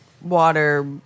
water